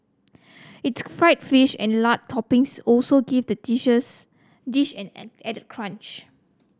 its fried fish and lard toppings also give the dishes dish an added crunch